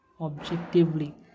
objectively